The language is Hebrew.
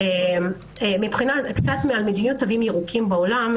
מילה על מדיניות תווים ירוקים בעולם,